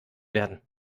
werden